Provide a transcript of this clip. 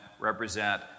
represent